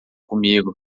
comigo